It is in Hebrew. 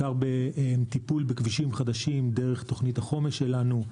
בטיפול בכבישים חדשים דרך תוכנית החומש שלנו,